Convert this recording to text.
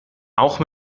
auch